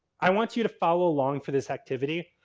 i want you to follow along for this activity.